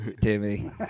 Timmy